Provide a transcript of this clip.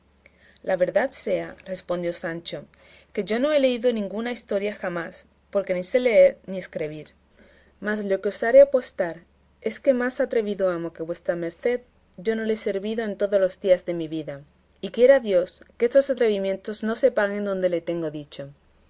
la verdad sea respondió sancho que yo no he leído ninguna historia jamás porque ni sé leer ni escrebir mas lo que osaré apostar es que más atrevido amo que vuestra merced yo no le he servido en todos los días de mi vida y quiera dios que estos atrevimientos no se paguen donde tengo dicho